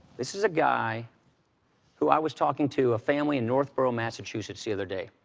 this is a guy who i was talking to a family in northborough, massachusetts the other day,